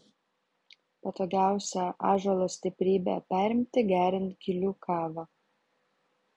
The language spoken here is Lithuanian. patogiausia ąžuolo stiprybę perimti geriant gilių kavą